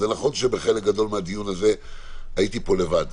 נכון שבחלק גדול מהדיון הזה הייתי פה לבד.